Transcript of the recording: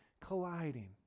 colliding